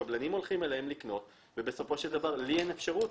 הקבלנים הולכים אליהם לקנות ובסופו של דבר אין לי אפשרות